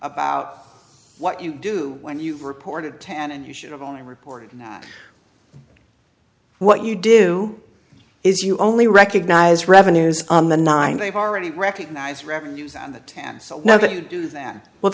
about what you do when you've reported ten and you should have only reported what you do is you only recognize revenues on the nine they've already recognized revenues and the ten so now that you do that well